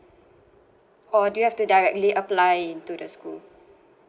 or do you have to directly apply into the school